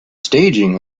staging